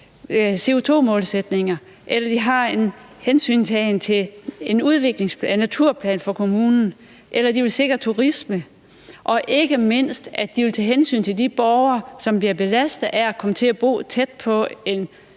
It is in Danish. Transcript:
CO₂-målsætninger, eller at de har en hensyntagen til en naturplan for kommunen, eller at de vil sikre turisme – eller ikke mindst, at de vil tage hensyn til de borgere, som bliver belastet af at komme til at bo tæt på en